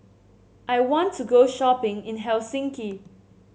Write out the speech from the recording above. I want to go shopping in Helsinki